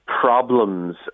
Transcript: problems